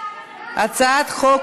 תגיד, הצעת חוק